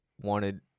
wanted –